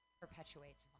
perpetuates